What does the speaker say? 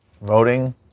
Voting